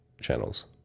channels